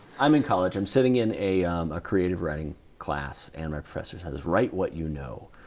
i'm in college, i'm sitting in a um creative writing class, and our professor says, write what you know.